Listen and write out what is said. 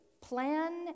plan